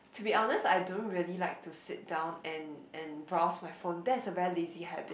to be honest I don't really like to sit down and and browse my phone that's a very lazy habit